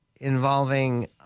involving